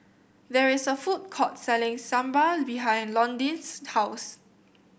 there is a food court selling Sambar behind Londyn's house